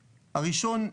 הראשונה,